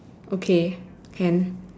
okay can